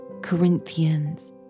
Corinthians